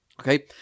Okay